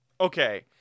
Okay